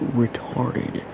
retarded